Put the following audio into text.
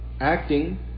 Acting